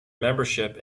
membership